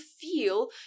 feel